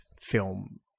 film